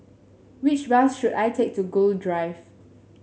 which bus should I take to Gul Drive